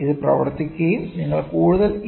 ഇത് പ്രവർത്തിക്കുകയും നിങ്ങൾ കൂടുതൽ ഇ